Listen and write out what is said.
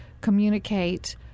communicate